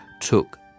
took